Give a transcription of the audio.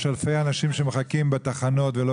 יש אלפי אנשים שמחכים בתחנות והאוטובוס לא